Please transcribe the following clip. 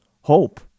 Hope